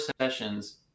sessions